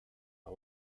but